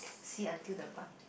see until the butt